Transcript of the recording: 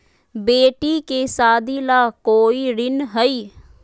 बेटी के सादी ला कोई ऋण हई?